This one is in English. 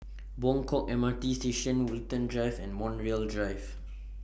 Buangkok M R T Station Woollerton Drive and Montreal Drive